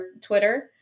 Twitter